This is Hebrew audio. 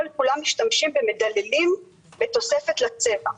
כולם משתמשים במדללים בתוספת לצבע.